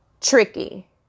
tricky